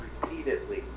repeatedly